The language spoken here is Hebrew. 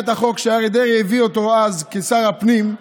את החוק שאריה דרעי הביא אז כשר הפנים,